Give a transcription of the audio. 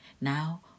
Now